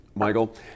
Michael